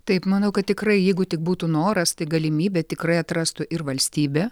taip manau kad tikrai jeigu tik būtų noras tai galimybę tikrai atrastų ir valstybė